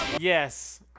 Yes